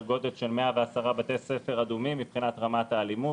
גודל של 110 בתי ספר אדומים מבחינת רמת האלימות.